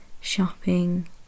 shopping